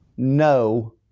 no